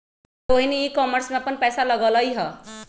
Rohini e commerce में अप्पन पैसा लगअलई ह